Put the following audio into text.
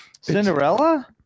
Cinderella